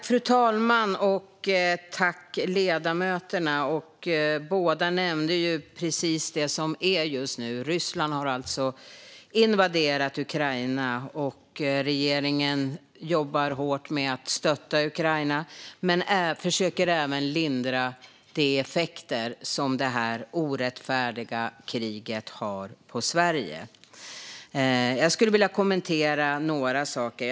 Fru talman! Båda ledamöterna nämnde det som sker just nu i och med Rysslands invasion av Ukraina, och regeringen jobbar hårt med att stötta Ukraina och försöker även lindra de effekter som detta orättfärdiga krig har på Sverige. Låt mig kommentera några saker.